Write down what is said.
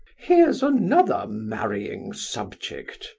here's another marrying subject.